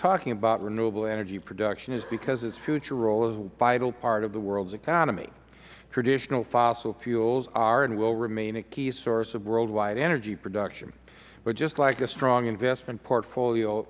talking about renewable energy production is because its future role is a vital part of the world's economy traditional fossil fuels are and will remain a key source of worldwide energy production but just like a strong investment portfolio